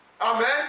Amen